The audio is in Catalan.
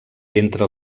entre